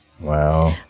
wow